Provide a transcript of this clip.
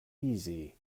easy